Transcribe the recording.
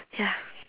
ya